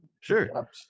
Sure